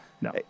No